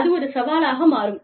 அது ஒரு சவாலாக மாறும்